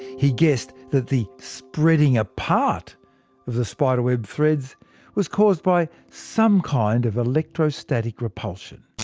he guessed that the spreading apart of the spiderweb threads was caused by some kind of electrostatic repulsion.